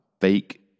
fake